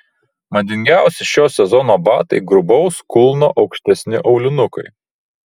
madingiausi šio sezono batai grubaus kulno aukštesni aulinukai